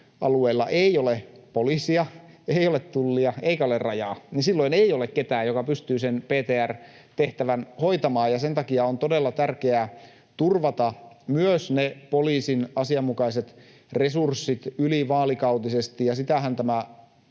alueella ei ole poliisia, ei ole Tullia eikä ole Rajaa, niin silloin ei ole ketään, joka pystyy sen PTR-tehtävän hoitamaan. Sen takia on todella tärkeää turvata myös poliisin asianmukaiset resurssit ylivaalikautisesti, ja sitähän tämä